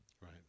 Right